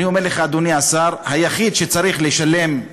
אני אומר לך, אדוני השר, היחיד שצריך לשלם,